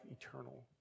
eternal